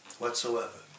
whatsoever